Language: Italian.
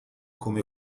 come